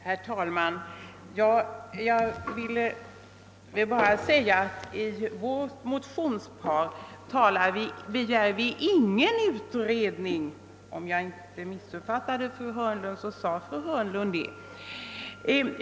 Herr talman! Jag vill bara säga att vi i vårt motionspar inte begärt någon utredning, vilket fru Hörnlund påstod — om jag inte missuppfattade henne.